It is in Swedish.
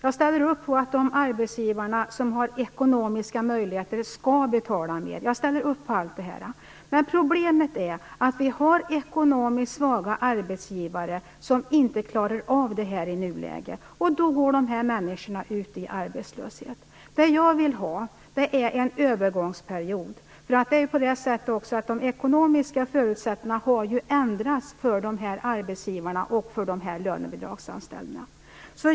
Jag ställer upp på att de arbetsgivare som har ekonomiska möjligheter skall betala mer. Men problemet är att vi har ekonomiskt svaga arbetsgivare som inte klarar av det här i nuläget, och det gör att dessa människor går ut i arbetslöshet. Det jag vill ha är en övergångsperiod. De ekonomiska förutsättningarna har ju ändrats för dessa arbetsgivare och för de lönebidragsanställda.